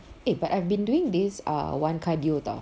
eh but I've been doing this err one cardio [tau]